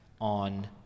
on